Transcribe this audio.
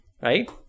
right